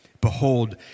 Behold